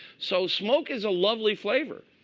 so smoke is a lovely flavor.